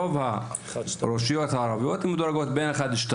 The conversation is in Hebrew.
רוב הרשויות הערביות מדורגות בין 1 ל-2